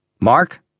Mark